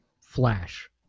Flash